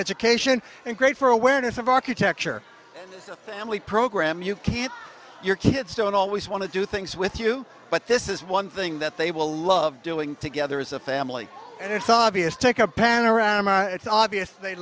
education and great for awareness of architecture is a family program you can't your kids don't always want to do things with you but this is one thing that they will love doing together as a family and it's obvious take a panorama it's obvious they